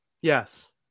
Yes